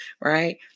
right